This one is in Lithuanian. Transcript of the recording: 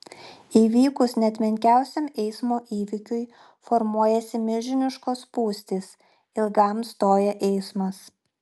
įvykus net menkiausiam eismo įvykiui formuojasi milžiniškos spūstys ilgam stoja eismas